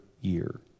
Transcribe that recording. year